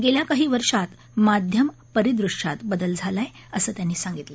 गेल्या काही वर्षात माध्यम परिदृश्यात बदल झाला आहे असं त्यांनी सांगितलं